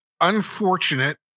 unfortunate